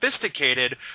sophisticated